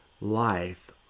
life